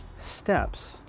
steps